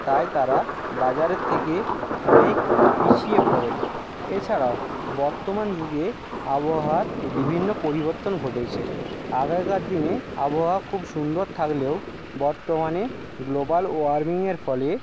তাই তারা বাজারের থেকে অনেক পিছিয়ে পড়েন এছাড়াও বর্তমান যুগে আবহাওয়ার বিভিন্ন পরিবর্তন ঘটেছে আগেকার দিনে আবহাওয়া খুব সুন্দর থাকলেও বত্তমানে গ্লোবাল ওয়ার্মিংয়ের ফলে